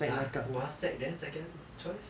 ah fu hua sec then second choice